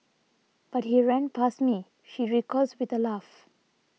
but he ran past me she recalls with a laugh